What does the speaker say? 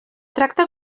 tracta